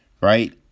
right